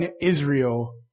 Israel